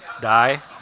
die